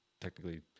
technically